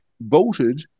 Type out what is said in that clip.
voted